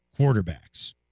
quarterbacks